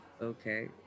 okay